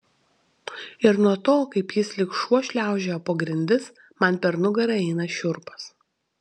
ir nuo to kaip jis lyg šuo šliaužioja po grindis man per nugarą eina šiurpas